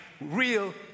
real